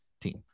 team